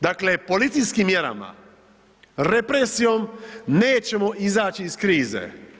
Dakle, policijskim mjerama, represijom, nećemo izaći iz krize.